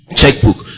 checkbook